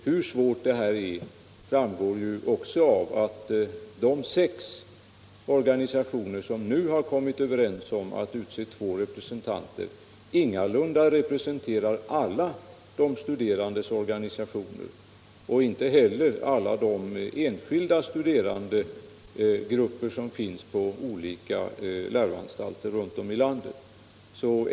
Hur svårt detta är framgår också av att de sex organisationer som nu kommit överens om att utse två representanter ingalunda representerar alla de studerandes organisationer och inte heller alla de enskilda studerandegrupper som finns på olika läroanstalter runt om i landet.